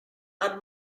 and